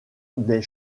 des